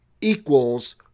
equals